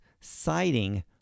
citing